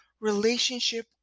relationship